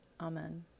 Amen